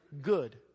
good